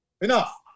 enough